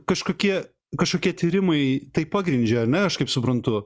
kažkokie kažkokie tyrimai tai pagrindžia ane aš kaip suprantu